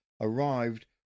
arrived